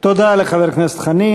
תודה לחבר הכנסת חנין.